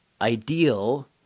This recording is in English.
ideal